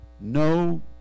No